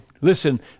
listen